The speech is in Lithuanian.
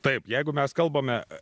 taip jeigu mes kalbame